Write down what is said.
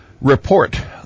Report